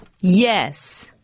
Yes